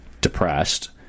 depressed